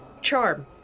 charm